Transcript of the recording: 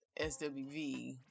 SWV